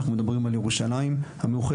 אנחנו מדברים על ירושלים המאוחדת.